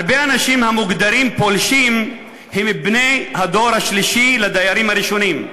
הרבה אנשים המוגדרים "פולשים" הם בני הדור השלישי לדיירים הראשונים.